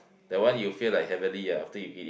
that one you feel like heavenly ah after you eat it